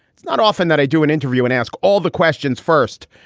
it's not often that i do an interview and ask all the questions first,